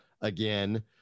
again